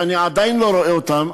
שאני עדיין לא רואה אותן,